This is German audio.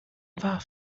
warf